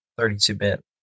32-bit